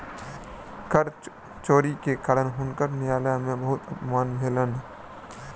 कर चोरी के कारण हुनकर न्यायालय में बहुत अपमान भेलैन